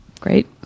Great